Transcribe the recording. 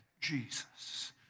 Jesus